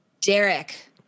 Derek